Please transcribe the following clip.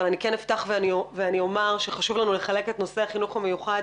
אבל אני כן אפתח ואומר שחשוב לנו לחלק את נושא החינוך המיוחד